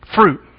Fruit